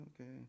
okay